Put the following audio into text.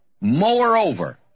Moreover